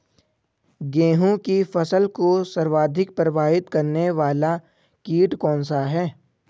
गेहूँ की फसल को सर्वाधिक प्रभावित करने वाला कीट कौनसा है?